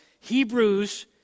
Hebrews